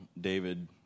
David